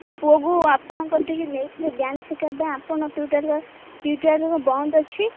ମୋ ପୁଅକୁ ଆପଣଙ୍କ କତିକି ନେଇଥିଲି ଡାନ୍ସ ଶିଖାଇବା ପାଇଁ ଆପଣ ଟ୍ୟୁଟୋର୍କୁ ଟ୍ୟୁଇଟର୍ ବନ୍ଦ ଅଛି